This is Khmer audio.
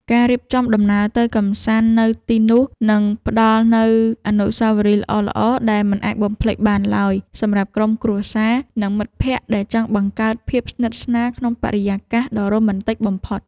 ការរៀបចំដំណើរទៅកម្សាន្តនៅទីនោះនឹងផ្តល់នូវអនុស្សាវរីយ៍ល្អៗដែលមិនអាចបំភ្លេចបានឡើយសម្រាប់ក្រុមគ្រួសារ និង មិត្តភក្តិដែលចង់បង្កើតភាពស្និទ្ធស្នាលក្នុងបរិយាកាសដ៏រ៉ូមែនទិកបំផុត។